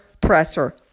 presser